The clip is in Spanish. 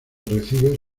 recibe